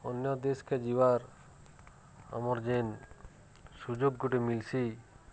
ଅନ୍ୟ ଦେଶକେ ଯିବାର୍ ଆମର୍ ଯେନ୍ ସୁଯୋଗ ଗୋଟେ ମିଲ୍ଶି